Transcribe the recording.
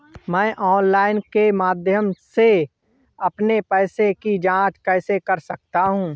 मैं ऑनलाइन के माध्यम से अपने पैसे की जाँच कैसे कर सकता हूँ?